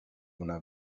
una